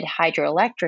hydroelectric